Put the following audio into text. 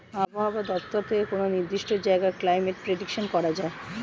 আবহাওয়া দপ্তর থেকে কোনো নির্দিষ্ট জায়গার ক্লাইমেট প্রেডিকশন করা যায়